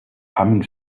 humming